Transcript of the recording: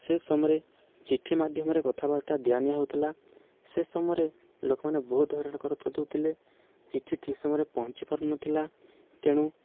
ସେ ସମୟରେ ଚିଠି ମାଧ୍ୟମରେ କଥା ବାର୍ତ୍ତା ଦିଆ ନିଆ ହେଉଥିଲା ସେ ସମୟରେ ଲୋକମାନେ ବହୁତ ହଇରାଣ ହେଉଥିଲେ ଚିଠି ଠିକ ସମୟରେ ପହଞ୍ଚି ପାରୁନଥିଲା ତେଣୁ